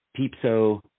Peepso